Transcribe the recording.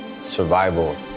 Survival